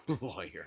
Lawyer